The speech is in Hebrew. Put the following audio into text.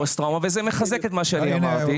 הפוסט טראומה וזה מחזק את מה שאני אמרתי.